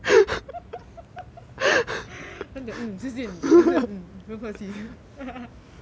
他讲 mm 谢谢你我就讲 mm 不用客气